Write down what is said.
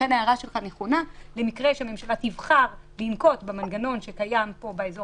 לכן ההערה שלך נכונה למקרה שהממשלה תבחר לנקוט במנגנון שקיים פה באזור